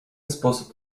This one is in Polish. sposób